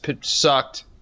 sucked